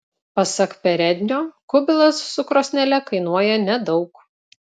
pasak perednio kubilas su krosnele kainuoja nedaug